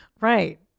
Right